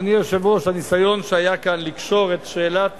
אדוני היושב-ראש, הניסיון שהיה כאן לקשור את שאלת